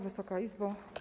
Wysoka Izbo!